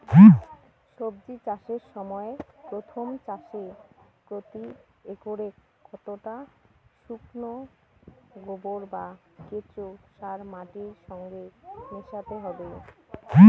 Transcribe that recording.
সবজি চাষের সময় প্রথম চাষে প্রতি একরে কতটা শুকনো গোবর বা কেঁচো সার মাটির সঙ্গে মেশাতে হবে?